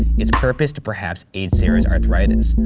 its purpose to perhaps aid sarah's arthritis.